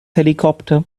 helicopter